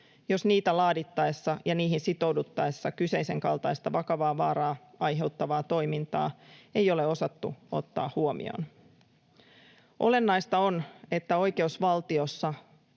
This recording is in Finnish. jos niitä laadittaessa ja niihin sitouduttaessa kyseisen kaltaista vakavaa vaaraa aiheuttavaa toimintaa ei ole osattu ottaa huomioon. Olennaista on, että oikeusvaltiossa